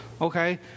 Okay